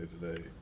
Today